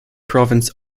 province